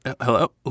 Hello